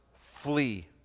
flee